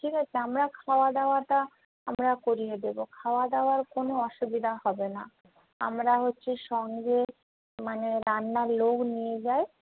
ঠিক আছে আমরা খাওয়া দাওয়াটা আমরা করিয়ে দেবো খাওয়া দাওয়ার কোনো অসুবিধা হবে না আমরা হচ্ছে সঙ্গে মানে রান্নার লোক নিয়ে যাই